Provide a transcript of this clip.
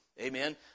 Amen